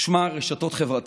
ושמה רשתות חברתיות.